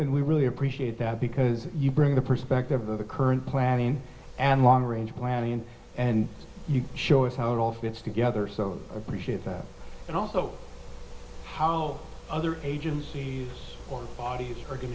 and we really appreciate that because you bring the perspective of the current planning and long range planning and you show us how it all fits together so appreciate that and also how other agencies bodies are going